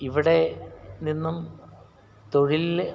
ഇവിടെ നിന്നും തൊഴിൽ